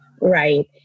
Right